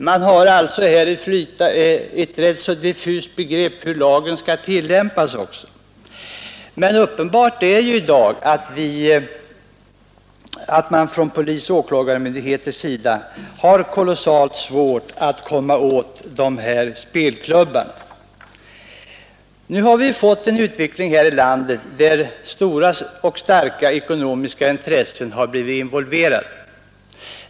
Man har alltså ett ganska diffust begrepp om hur lagen skall tillämpas, men det är uppenbart att man i dag från polisoch åklagarmyndigheters sida har kolossalt svårt att komma åt dessa spelklubbar. Vi har fått en sådan utveckling här i landet att stora och starka ekonomiska intressen har blivit involverade.